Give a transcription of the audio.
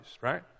right